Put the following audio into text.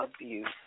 abuse